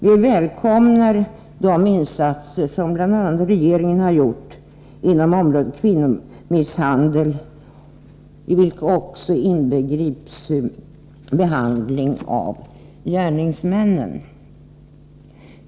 Vi välkomnar de insatser som bl.a. regeringen har gjort inom området kvinnomisshandel, i vilka också inbegrips behandling av gärningsmännen.